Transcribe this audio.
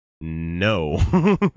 No